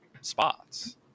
spots